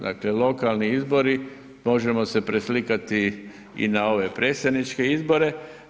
Dakle lokalni izbori možemo se preslikati i na ove predsjedničke izbore.